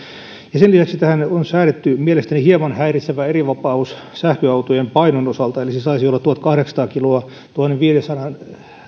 ja sen lisäksi tähän on säädetty mielestäni hieman häiritsevä erivapaus sähköautojen painon osalta eli se saisi olla tuhatkahdeksansataa kiloa tuhannenviidensadan